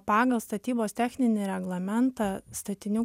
pagal statybos techninį reglamentą statinių